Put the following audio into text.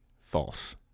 False